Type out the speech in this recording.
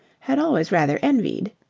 had always rather envied.